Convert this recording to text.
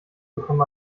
bekommt